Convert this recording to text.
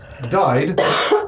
died